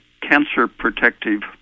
cancer-protective